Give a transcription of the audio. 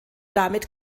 damit